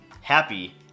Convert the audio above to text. happy